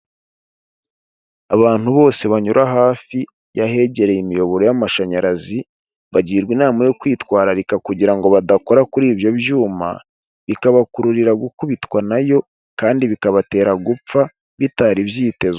Abantu bose banyura hafi y'ahegereye imiyoboro y'amashanyarazi, bagirwa inama yo kwitwararika kugira ngo badakora kuri ibyo byuma, bikabakururira gukubitwa nayo kandi bikabatera gupfa bitari byitezwe.